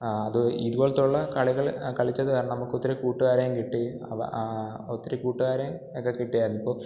അത് ഇതു പോലത്തുള്ള കളികൾ കളിച്ചതു കാരണം നമുക്കൊത്തിരി കൂട്ടുകാരെയും കിട്ടി അവ ഒത്തിരി കൂട്ടുകാരെയും ഒക്കെ കിട്ടിയായിരുന്നു ഇപ്പോൾ